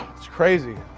it's crazy.